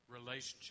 relationship